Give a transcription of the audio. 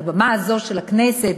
על הבמה הזו של הכנסת,